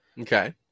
Okay